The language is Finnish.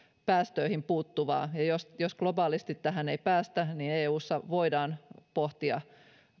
päästöihin puuttuvaa ja jos jos globaalisti tähän ei päästä niin eussa voidaan pohtia